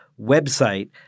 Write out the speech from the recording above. website